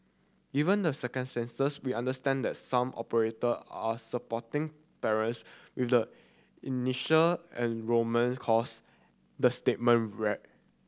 given the circumstances we understand that some operator are supporting parents with the initial enrolment cost the statement read